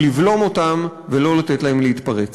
הוא לבלום אותם ולא לתת להם להתפרץ.